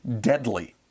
deadly